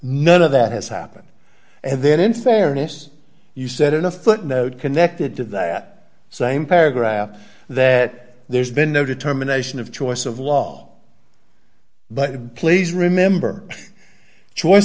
none of that has happened and then in fairness you said in a footnote connected to that same paragraph that there's been no determination of choice of